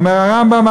אומר הרמב"ם,